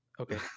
Okay